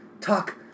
talk